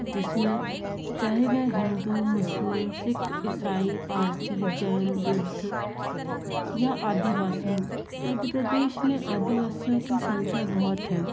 जिसमें चाहे वे हिन्दू मुस्लिम सिख इसाई पारसी जैन बुद्ध या आदिवासी हों मध्य प्रदेश में आदिवासियों की संख्या बहुत है